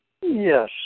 Yes